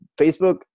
Facebook